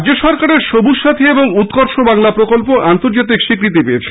রাজ্য সরকারের সবুজ সাথী এবং উৎকর্ষ বাংলা প্রকল্প আন্তর্জাতিক স্বীকৃতি পেয়েছে